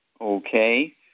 Okay